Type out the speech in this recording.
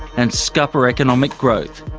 and scupper economic growth.